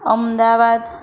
Ahmedabad